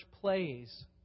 plays